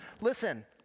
Listen